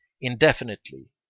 indefinitely